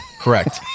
Correct